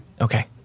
Okay